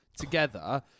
together